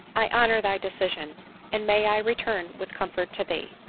i honor thy decision and may i return with comfort to thee!